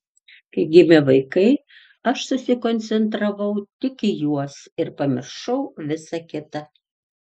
kai gimė vaikai aš susikoncentravau tik į juos ir pamiršau visa kita